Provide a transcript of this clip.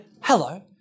hello